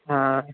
ہاں